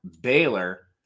Baylor